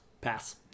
Pass